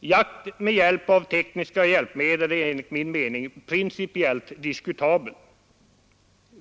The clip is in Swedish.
Jakt med tekniska hjälpmedel är enligt min mening principiellt diskutabel.